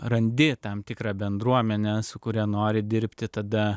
randi tam tikrą bendruomenę su kuria nori dirbti tada